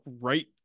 right